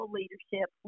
leadership